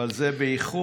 אבל זה באיחור,